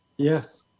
Yes